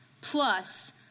plus